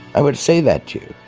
i would say that to you.